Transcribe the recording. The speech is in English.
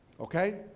Okay